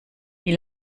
wie